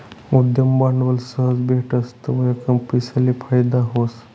उद्यम भांडवल सहज भेटस तवंय कंपनीसले फायदा व्हस